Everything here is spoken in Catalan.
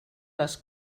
les